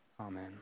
Amen